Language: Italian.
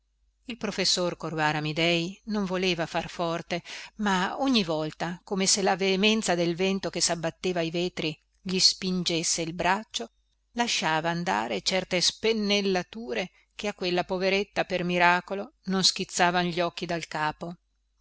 il professor corvara amidei non voleva far forte ma ogni volta come se la veemenza del vento che sabbatteva ai vetri gli spingesse il braccio lasciava andare certe spennellature che a quella poveretta per miracolo non schizzavan gli occhi dal capo